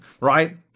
right